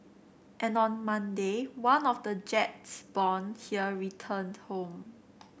and on Monday one of the jets born here returned home